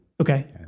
Okay